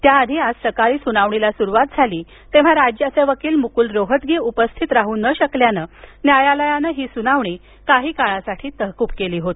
त्याआधी आज सकाळी सुनावणीला सुरुवात झाली तेव्हा राज्याचे वकील मुकुल रोहतगी उपस्थित राहु न शकल्यानं न्यायालयानं सुनावणी काही काळासाठी तहकुब केली होती